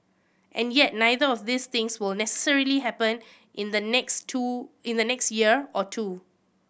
and yet neither of these things will necessarily happen in the next two in the next year or two